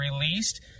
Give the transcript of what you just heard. released